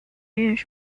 运输